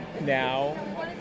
now